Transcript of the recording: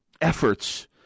efforts